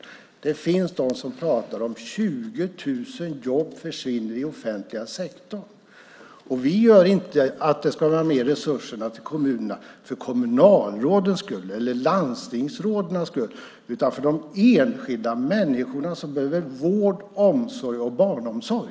Det finns de som talar om att 20 000 jobb försvinner i den offentliga sektorn. Vi vill inte att det ska vara mer resurser till kommunerna för kommunalrådens skull eller för landstingsrådens skull utan för de enskilda människorna som behöver vård, omsorg och barnomsorg.